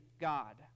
God